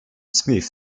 smith